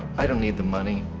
i don't need the money.